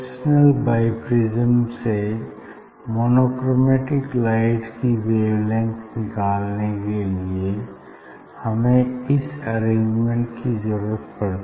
Fresnel biprism से monochromatic light की wavelength निकालने के लिए हमें इस अरेंजमेंट की जरुरत पड़ेगी